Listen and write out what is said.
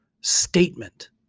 statement